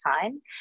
time